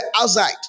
outside